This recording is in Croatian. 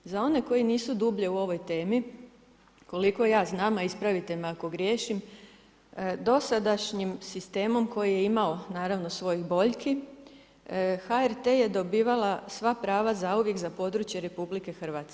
Za one koji nisu dublje u ovoj temi, koliko ja znam, a ispravite me ako griješim, dosadašnjim sistemom koji je imao naravno svoje bojki, HRT je dobivao sva prava zauvijek za područje RH.